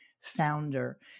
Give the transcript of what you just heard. founder